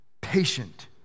patient